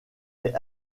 est